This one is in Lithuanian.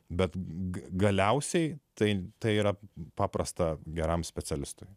bet galiausiai tai yra paprasta geram specialistui